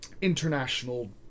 international